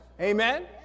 Amen